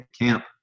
camp